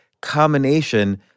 combination